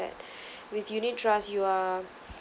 that with unit trust you are